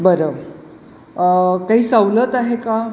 बरं काही सवलत आहे का